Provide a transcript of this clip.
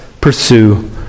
pursue